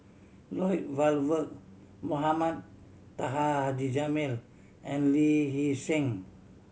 Lloyd Valberg Mohamed Taha Haji Jamil and Lee Hee Seng